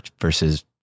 versus